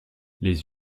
les